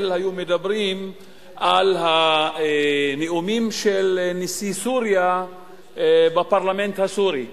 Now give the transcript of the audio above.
היו מדברים על הנאומים של נשיא סוריה בפרלמנט הסורי.